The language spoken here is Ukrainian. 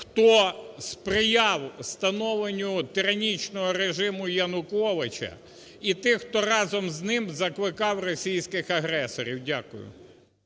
хто сприяв становленню тиранічного режиму Януковича, і тих, хто разом з ним закликав російських агресорів. Дякую.